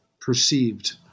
perceived